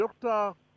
doctor